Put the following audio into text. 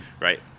right